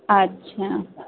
اچھا